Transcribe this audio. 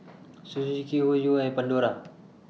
Suzuki Hoyu and Pandora